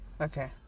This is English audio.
Okay